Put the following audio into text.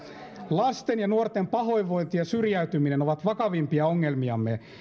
lasten ja nuorten pahoinvointi ja syrjäytyminen ovat vakavimpia ongelmiamme